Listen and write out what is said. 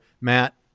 Matt